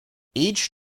each